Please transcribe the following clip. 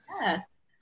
Yes